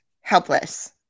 helpless